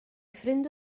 ffrind